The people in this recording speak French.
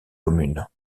communes